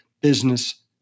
business